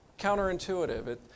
counterintuitive